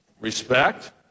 Respect